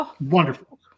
Wonderful